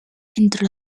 entre